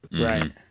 Right